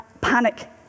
panic